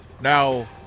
Now